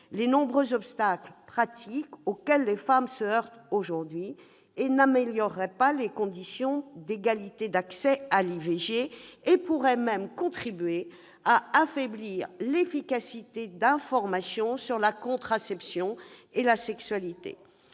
les nombreux obstacles pratiques auxquels les femmes se heurtent aujourd'hui et n'aplanirait pas les inégalités d'accès à l'IVG. Cela pourrait même contribuer à affaiblir l'efficacité de l'information sur la contraception et la sexualité.